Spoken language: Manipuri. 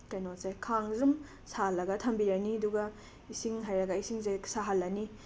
ꯀꯩꯅꯣꯁꯦ ꯈꯥꯡꯖꯦ ꯑꯗꯨꯝ ꯁꯥꯍꯜꯂꯒ ꯊꯝꯕꯤꯔꯅꯤ ꯑꯗꯨꯒ ꯏꯁꯤꯡ ꯍꯩꯔꯒ ꯏꯁꯤꯡꯖꯦ ꯁꯥꯍꯜꯂꯅꯤ